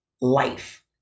life